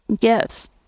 Yes